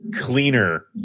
cleaner